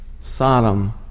Sodom